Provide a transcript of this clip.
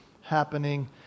happening